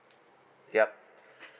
yup